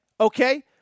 okay